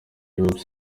kuri